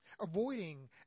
avoiding